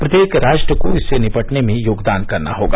प्रत्येक राष्ट्र को इससे निपटने में योगदान करना होगा